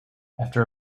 after